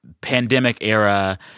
pandemic-era